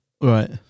Right